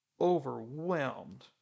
overwhelmed